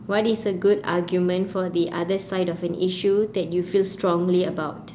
what is a good argument for the other side of an issue that you feel strongly about